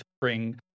bring